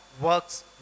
works